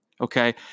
Okay